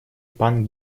пан